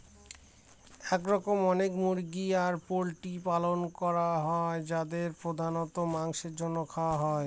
এরকম অনেক মুরগি আর পোল্ট্রির পালন করা হয় যাদেরকে প্রধানত মাংসের জন্য খাওয়া হয়